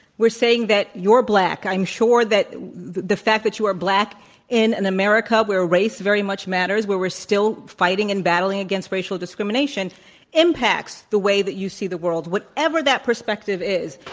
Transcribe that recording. we're saying that, you're black. i'm sure that the fact that you are black in an america where race very much matters where we're still fighting a nd battling against racial discrimination impacts the way that you see the world, whatever that perspective